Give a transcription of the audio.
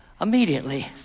immediately